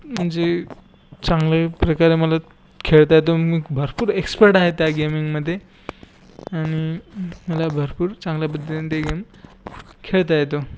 म्हणजे चांगल्या प्रकारे मला खेळता येतो मी भरपूर एक्स्पर्ट आहे त्या गेमिंगमध्ये आणि मला भरपूर चांगल्या पद्धतीने ते गेम खेळता येतो